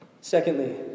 Secondly